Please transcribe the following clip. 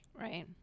Right